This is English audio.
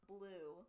Blue